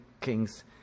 Kings